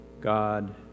God